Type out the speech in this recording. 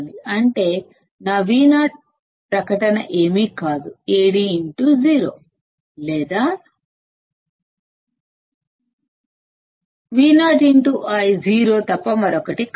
అంటే అది నా Vo ని Ad0 సూచిస్తుంది లేదా Vo సున్నా తప్ప మరొకటి కాదు